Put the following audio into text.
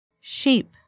Sheep